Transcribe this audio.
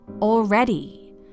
already